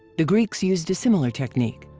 the greeks used a similar technique.